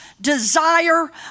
desire